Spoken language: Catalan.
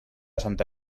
santa